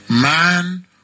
Man